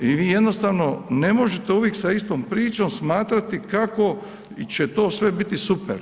I vi jednostavno ne možete uvijek sa istom pričom smatrati kako će to sve biti super.